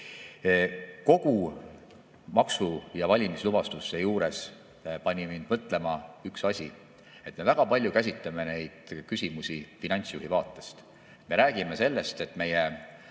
Kõigi maksu- ja valimislubaduste juures pani mind mõtlema üks asi. Me väga palju käsitleme neid küsimusi finantsjuhi vaatest. Me räägime sellest, et meie